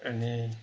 अनि